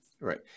Right